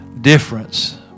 difference